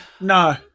No